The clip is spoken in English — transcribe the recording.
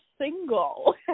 single